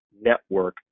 network